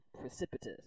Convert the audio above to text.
precipitous